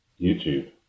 youtube